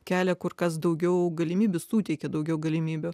kelia kur kas daugiau galimybių suteikia daugiau galimybių